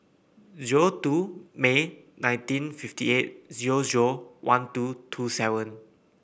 May nineteen fifty eight one two two seven